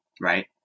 right